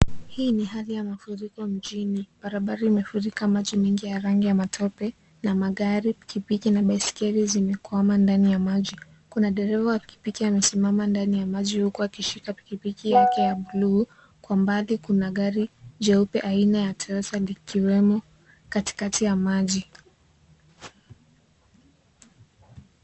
Hii ni hali ya mafuriko mjini. Barabara imefurika na maji mingi ya rangi ya matope na magari, baiskeli na pikipiki zimekwama ndani ya msji. Kuna dereva wa pikipiki amesimama ndani ya maji huku skishika pikipiki yake ya rangi ya blue kwambali kuna gari jeupe sina ya toyota zikiwemo katikati ya maji.